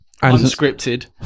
unscripted